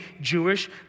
Jewish